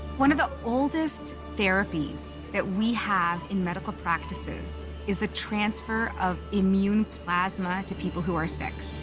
one of the oldest therapies that we have in medical practices is the transfer of immune plasma to people who are sick.